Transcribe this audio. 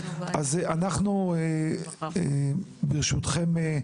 אנחנו ברשותכם,